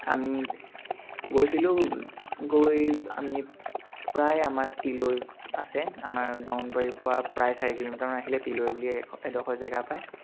আমি গৈছিলোঁ গৈ আমি প্ৰায় আমাৰ তিলৈ আছে আমাৰ বামুণবাৰীৰ পৰা প্ৰায় চাৰি কিলোমিটাৰমান আহিলে তিলৈ বুলি এশ এডোখৰ জেগা পায়